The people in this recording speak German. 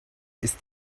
ist